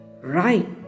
Right